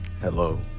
Hello